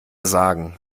sagen